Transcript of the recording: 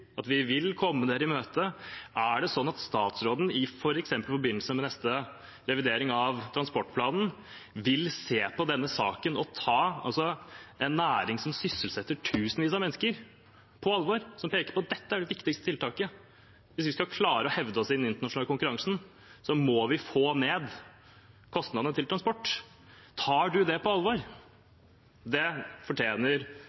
at vi vil komme dere i møte, at statsråden f.eks. i forbindelse med neste revidering av transportplanen vil se på denne saken og ta en næring som sysselsetter tusenvis av mennesker, på alvor? De peker på at dette er det viktigste tiltaket; hvis vi skal klare å hevde oss i den internasjonale konkurransen, må vi få ned kostnadene til transport. Tar statsråden det på